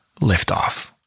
liftoff